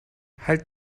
halt